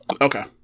Okay